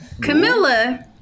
Camilla